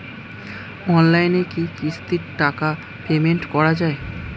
অনলাইনে কি কিস্তির টাকা পেমেন্ট করা যায়?